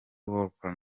wolper